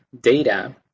data